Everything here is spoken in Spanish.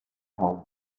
home